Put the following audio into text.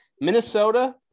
Minnesota